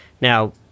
Now